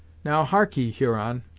now, harkee, huron,